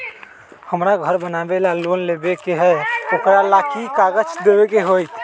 हमरा घर बनाबे ला लोन लेबे के है, ओकरा ला कि कि काग़ज देबे के होयत?